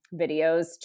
videos